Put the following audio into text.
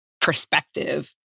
perspective